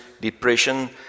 depression